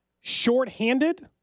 shorthanded